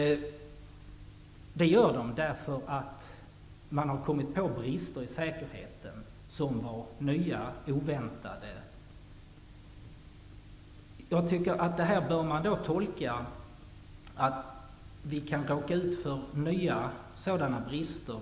De är avstängda därför att man har kommit underfund med nya och oväntade brister i säkerheten. Man bör tolka detta som att vi kan komma att råka ut för ''nya'' brister.